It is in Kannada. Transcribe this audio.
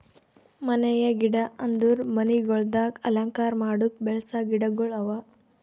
ಮನೆಯ ಗಿಡ ಅಂದುರ್ ಮನಿಗೊಳ್ದಾಗ್ ಅಲಂಕಾರ ಮಾಡುಕ್ ಬೆಳಸ ಗಿಡಗೊಳ್ ಅವಾ